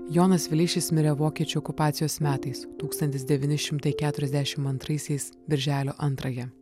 jonas vileišis mirė vokiečių okupacijos metais tūkstantis devyni šimtai keturiasdešimt antraisiais birželio antrąją